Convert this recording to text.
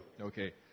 Okay